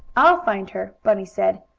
i'll find her, bunny said.